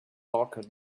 darker